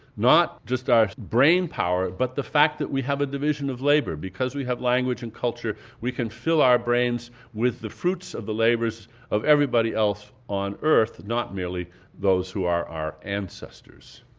not just our brainpower, but the fact that we have a division of labour. because we have language and culture we can fill our brains with the fruits of the labours of everybody else on earth, not merely those who are our ancestors.